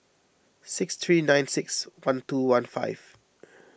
six three nine six one two one five